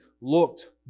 looked